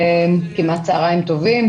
כמעט צהריים טובים,